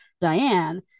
diane